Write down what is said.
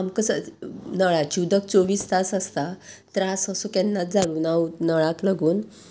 आमकां स नळाची उदक चोवीस तास आसता त्रास असो केन्नाच जावंक ना नळाक लागून